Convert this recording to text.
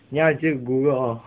你要去 google all